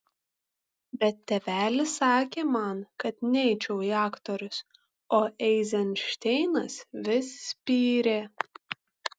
bet tėvelis sakė man kad neičiau į aktorius o eizenšteinas vis spyrė